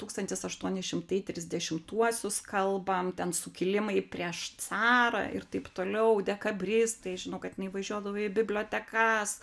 tūkstantis aštuoni šimtai trisdešimtuosius kalbam ten sukilimai prieš carą ir taip toliau dekabristai žinau kad jinai važiuodavo į bibliotekas